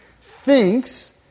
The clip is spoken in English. thinks